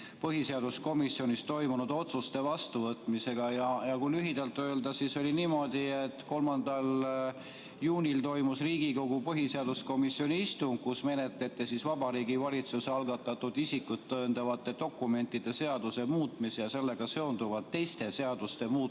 põhiseaduskomisjonis toimunud otsuste vastuvõtmisega. Kui lühidalt öelda, siis oli niimoodi, et 3. juunil toimus Riigikogu põhiseaduskomisjoni istung, kus menetleti Vabariigi Valitsuse algatatud isikut tõendavate dokumentide seaduse muutmise ja sellega seonduvalt teiste seaduste muutmise